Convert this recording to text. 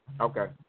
Okay